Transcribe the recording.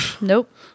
Nope